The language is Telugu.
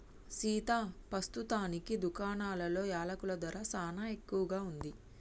సీతా పస్తుతానికి దుకాణాలలో యలకుల ధర సానా ఎక్కువగా ఉంది